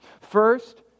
First